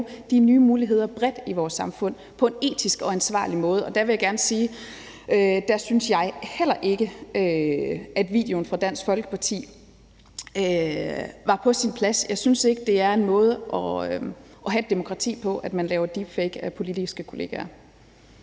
de nye muligheder bredt i vores samfund på en etisk og ansvarlig måde, og der vil jeg gerne sige, at jeg synes heller ikke, at videoen fra Dansk Folkeparti var på sin plads. Jeg synes ikke, det er en måde at have et demokrati på, at man laver deep fake af politiske kollegaer.